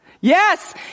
Yes